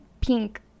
pink